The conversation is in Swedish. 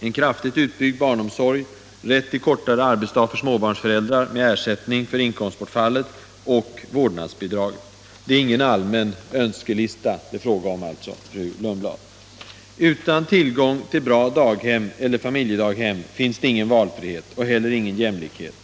en kraftigt utbyggd barnomsorg, rätt till kortare arbetsdag för småbarnsföräldrar med ersättning för inkomstbortfallet och vårdnadsbidrag. Det är alltså inte fråga om någon allmän önskelista, fru Lundblad! "Utan tillgång till bra daghem och familjedaghem finns det ingen valfrihet, och heller ingen jämlikhet.